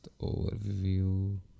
overview